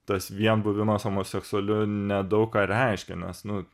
tas vien buvimas homoseksualiu nedaug ką reiškia nes nu